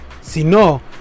sino